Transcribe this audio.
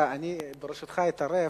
ברשותך אני אתערב.